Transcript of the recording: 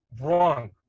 wrong